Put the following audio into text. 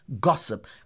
gossip